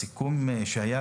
בסיכום שהיה?